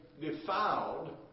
defiled